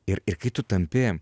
ir ir kai tu tampi